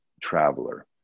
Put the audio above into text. traveler